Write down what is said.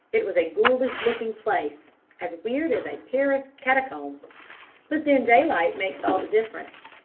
it was a ghoulish-looking place as weird as a paris catacomb but then daylight makes all the difference.